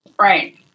right